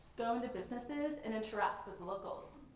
go into businesses, and interact with locals.